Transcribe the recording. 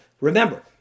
remember